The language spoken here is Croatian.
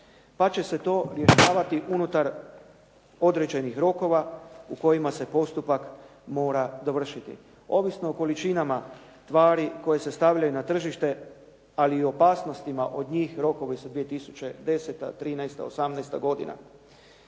pa će se to rješavati unutar određenih rokova u kojima se postupak mora dovršiti, ovisno o količinama tvari koje se stavljaju na tržište, ali i opasnostima od njih rokovi su 2010., 2013., 2018. godina.